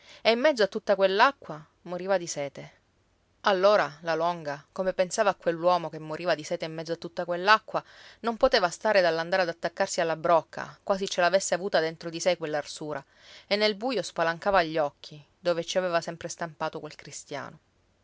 e in mezzo a tutta quell'acqua moriva di sete allora la longa come pensava a quell'uomo che moriva di sete in mezzo a tutta quell'acqua non poteva stare dall'andare ad attaccarsi alla brocca quasi ce l'avesse avuta dentro di sé quell'arsura e nel buio spalancava gli occhi dove ci aveva sempre stampato quel cristiano